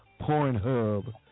Pornhub